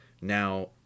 Now